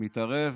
מתערב